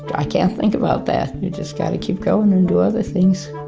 i can't think about that. you just got to keep going and do other things.